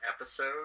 episode